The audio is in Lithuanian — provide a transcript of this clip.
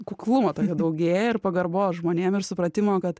kuklumą tą nedaugėja ir pagarbos žmonėm ir supratimo kad